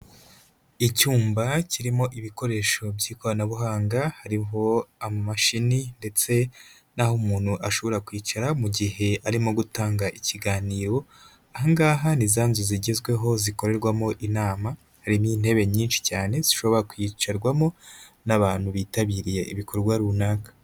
Icyumba kirimo ibikoresho by'ikoranabuhanga hariho amamashini ndetse n'aho umuntu ashobora kwicara mu gihe arimo gutanga ikiganiro, aha ngaha ni za nzu zigezweho zikorerwamo inama, harimo intebe nyinshi cyane zishobora kwicarwamo n'abantu bitabiriye ibikorwa runaka.